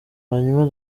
hanyuma